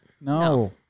no